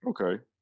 Okay